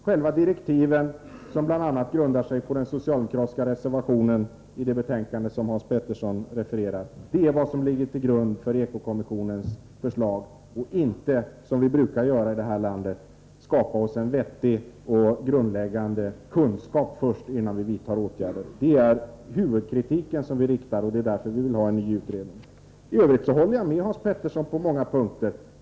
Själva direktiven, som bl.a. grundar sig på den socialdemokratiska reservationen i det betänkande som Hans Pettersson i Helsingborg refererar, är vad som ligger till grund för Eko-kommissionens förslag. Vi kan alltså inte, som vi brukar göra i det här landet, skapa oss en vettig och grundläggande kunskap, innan vi vidtar åtgärder. Det här är den huvudkritik vi framför, och det är därför vi vill ha en ny utredning. Sedan håller jag med Hans Pettersson på många punkter.